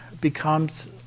becomes